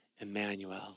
Emmanuel